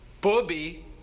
Bobby